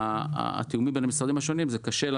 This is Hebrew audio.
התיאום בין המשרדים השונים קשה,